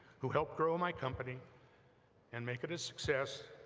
who helped grow my company and make it a success,